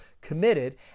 committed